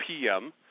PM